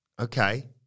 Okay